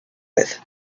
with